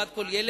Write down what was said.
בעד כל ילד,